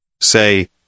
Say